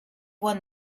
won